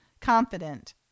confident